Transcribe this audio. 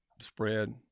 spread